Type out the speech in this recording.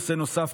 נושא נוסף,